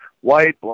white